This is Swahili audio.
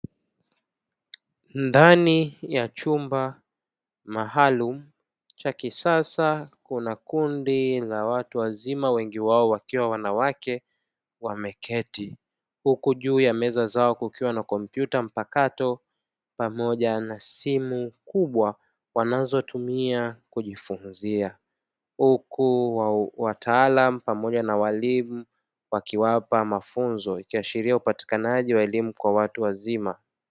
Ndani ya chumba maalumu cha kisasa kuna kundi la watu wazima wengi wao wakiwa wanawake wameketi huku juu ya meza zao kukiwa na kompyuta mpakato pamoja na simu kubwa wanazotumia kujifunzia, huku wataalamu pamoja na waalimu wakiwapa mafunzo; ikiashiria upatikanaji wa elimu kwa watu wazima.